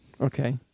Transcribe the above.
Okay